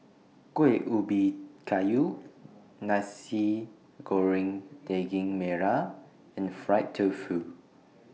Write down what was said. Kuih Ubi Kayu Nasi Goreng Daging Merah and Fried Tofu